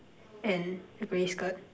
and a grey skirt